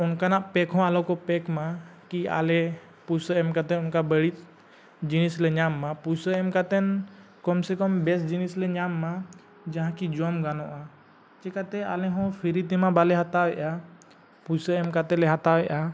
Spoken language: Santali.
ᱚᱱᱠᱟᱱᱟᱜ ᱯᱮᱠ ᱦᱚᱸ ᱟᱞᱚ ᱠᱚ ᱯᱮᱠᱢᱟ ᱠᱤ ᱟᱞᱮ ᱯᱩᱭᱥᱟᱹ ᱮᱢ ᱠᱟᱛᱮ ᱚᱱᱠᱟ ᱵᱟᱲᱤᱡ ᱡᱤᱱᱤᱥᱞᱮ ᱧᱟᱢᱢᱟ ᱯᱩᱭᱥᱟᱹ ᱮᱢ ᱠᱟᱛᱮᱱ ᱠᱚᱢᱥᱮ ᱠᱚᱢ ᱵᱮᱥ ᱡᱤᱱᱤᱥᱞᱮ ᱧᱟᱢᱢᱟ ᱡᱟᱦᱟᱸ ᱠᱤ ᱡᱚᱢ ᱜᱟᱱᱚᱜᱼᱟ ᱪᱤᱠᱟᱹᱛᱮ ᱟᱞᱮ ᱦᱚᱸ ᱯᱷᱤᱨᱤᱛᱮᱢᱟ ᱵᱟᱞᱮ ᱦᱟᱛᱟᱣᱮᱫᱼᱟ ᱯᱩᱭᱥᱟᱹ ᱮᱢ ᱠᱟᱛᱮᱞᱮ ᱦᱟᱛᱟᱣᱮᱜᱼᱟ